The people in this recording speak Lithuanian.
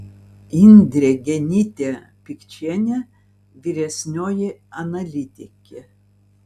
indrė genytė pikčienė vyresnioji analitikė